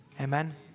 Amen